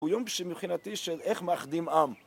הוא יום שמבחינתי של איך מאחדים עם